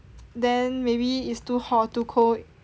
then maybe is too hot or too cold